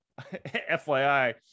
fyi